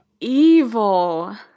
evil